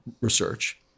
research